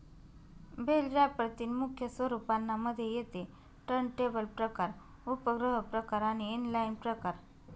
bell wrapper तीन मुख्य स्वरूपांना मध्ये येते टर्नटेबल प्रकार, उपग्रह प्रकार आणि इनलाईन प्रकार